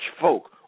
folk